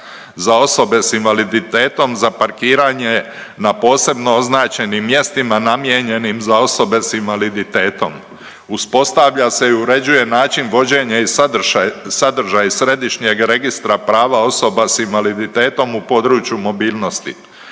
za osobe s invaliditetom, za parkiranje na posebno označenim mjestima, namijenjenim za osobe s invaliditetom, uspostavlja se i uređuje način vođenja i sadržaj Središnjeg registra prava osoba s invaliditetom u području mobilnosti,